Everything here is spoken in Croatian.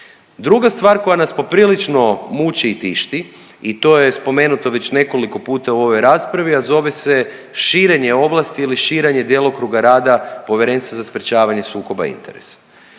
Druga stvar koja nas poprilično muči i tišti i to je spomenuto već nekoliko puta u ovoj raspravi, a zove se širenje ovlasti ili širenje djelokruga rada Povjerenstva za sprječavanje sukoba interesa.